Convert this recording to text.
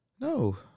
no